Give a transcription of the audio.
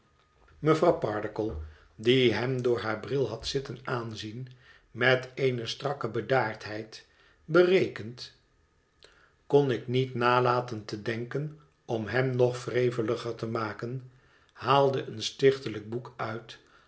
mevrouw pardiggle die hem door haar bril had zitten aanzien met eene strakke bedaardheid berekend kon ik niet nalaten te denken om hem nog wreveliger te maken haalde een stichtelijk boek uit